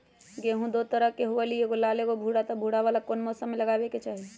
गेंहू दो तरह के होअ ली एगो लाल एगो भूरा त भूरा वाला कौन मौसम मे लगाबे के चाहि?